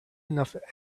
enough